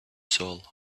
soul